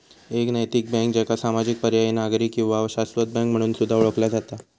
एक नैतिक बँक, ज्याका सामाजिक, पर्यायी, नागरी किंवा शाश्वत बँक म्हणून सुद्धा ओळखला जाता